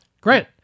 Great